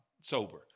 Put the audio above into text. sober